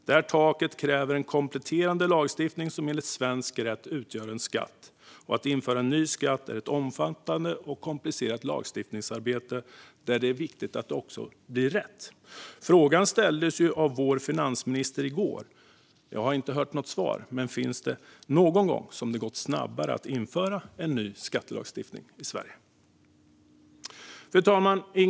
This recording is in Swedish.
Det här taket kräver en kompletterande lagstiftning som enligt svensk rätt utgör en skatt, och att införa en ny skatt är ett omfattande och komplicerat lagstiftningsarbete där det är viktigt att det blir rätt. Frågan ställdes av vår finansminister i går om det någon gång gått snabbare att införa ny skattelagstiftning i Sverige. Jag har inte hört något svar. Fru talman!